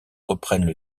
reprennent